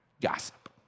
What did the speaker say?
gossip